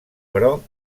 però